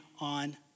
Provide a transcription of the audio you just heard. on